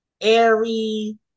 airy